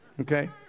Okay